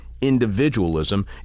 individualism